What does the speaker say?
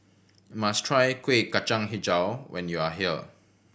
you must try Kueh Kacang Hijau when you are here